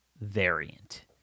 variant